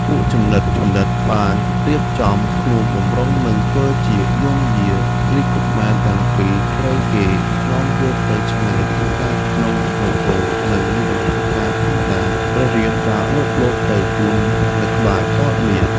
ពួកស្នំជំនិតៗ បានរៀបចំខ្លួនបម្រុងនឹងធ្វើជាយំយាមរាជកុមារទាំងពីរត្រូវគេ នាំយកទៅឆ្ងាយកិច្ចការក្នុងនគរនៅមានដំណើរការធម្មតា ព្រះរាមដើរលបៗ ទៅពួននៅក្បែរកោដ្ឋមាស។